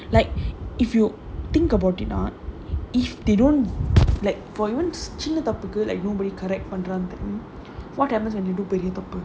like if you think about ah not if they don't like for even சின்ன தப்புக்கு:chinna thappukku like nobody correct பண்ற அந்த:pandra antha um what happen when you do பெரிய தப்பு:periya thappu